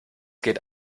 geht